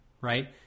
right